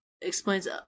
explains